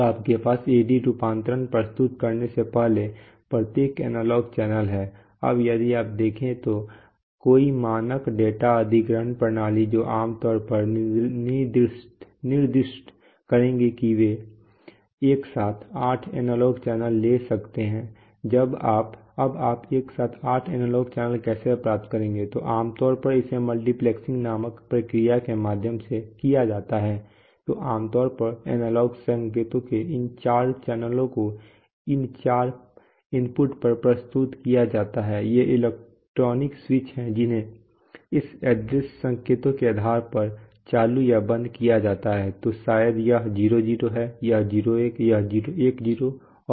अब आपके पास AD रूपांतरण प्रस्तुत करने से पहले प्रत्येक एनालॉग चैनल है अब यदि आप देखें तो कोई मानक डेटा अधिग्रहण प्रणाली जो आमतौर पर निर्दिष्ट करेंगे कि वे एक साथ आठ एनालॉग चैनल ले सकते हैं अब आप एक साथ आठ एनालॉग चैनल कैसे प्राप्त करेंगे तो आम तौर इसे मल्टीप्लेक्सिंग नामक प्रक्रिया के माध्यम से किया जाता है तो आमतौर पर एनालॉग संकेतों के इन चार चैनलों को इन चार इनपुटों पर प्रस्तुत किया जाता है ये इलेक्ट्रॉनिक स्विच हैं जिन्हें इस एड्रेस संकेतों के आधार पर चालू या बंद किया जा सकता है तो शायद यह 0 0 है यह 0 1 है यह 1 0 है और यह 1 1 है